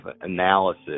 analysis